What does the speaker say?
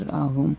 M ஆகும்